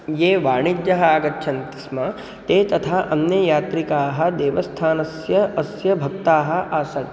ये वाणिजः आगच्छन्ति स्म ते तथा अन्ये यात्रिकाः देवस्थानस्य अस्य भक्ताः आसन्